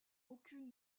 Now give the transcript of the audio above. aucune